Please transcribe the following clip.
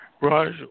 Raj